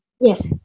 Yes